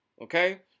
okay